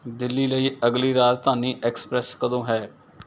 ਦਿੱਲੀ ਲਈ ਅਗਲੀ ਰਾਜਧਾਨੀ ਐਕਸਪ੍ਰੈਸ ਕਦੋਂ ਹੈ